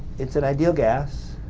it's an ideal gas